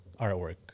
artwork